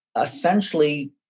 essentially